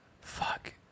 fuck